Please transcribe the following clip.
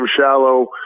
shallow